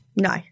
No